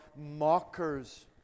mockers